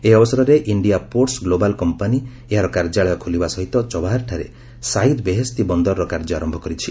ଏହି ଅବସରରେ India Ports Global company ଏହାର କାର୍ଯ୍ୟାଳୟ ଖୋଲିବା ସହିତ ଚବାହାରଠାରେ ସାହିଦ୍ ବେହେସ୍ତି ବନ୍ଦରର କାର୍ଯ୍ୟ ଆରମ୍ଭ କରିଛି